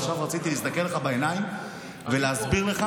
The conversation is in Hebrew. עכשיו, רציתי להסתכל לך בעיניים ולהסביר לך.